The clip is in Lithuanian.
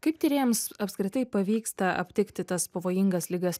kaip tyrėjams apskritai pavyksta aptikti tas pavojingas ligas